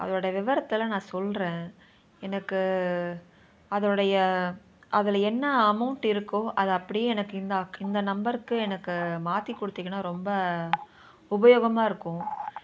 அதோடய விவரத்தெல்லாம் நான் சொல்கிறேன் எனக்கு அதனுடைய அதில் என்ன அமௌண்ட் இருக்கோ அதை அப்படியே எனக்கு இந்த அக் இந்த நம்பருக்கு எனக்கு மாற்றி கொடுத்தீங்கனா ரொம்ப உபயோகமாக இருக்கும்